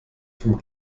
vom